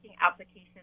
applications